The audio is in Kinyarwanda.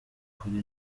ukuri